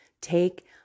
take